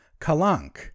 Kalank